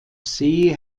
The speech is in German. see